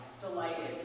delighted